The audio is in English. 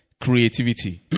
creativity